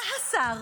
בא השר,